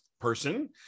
person